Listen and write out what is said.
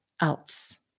else